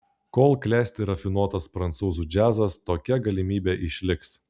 kol klesti rafinuotas prancūzų džiazas tokia galimybė išliks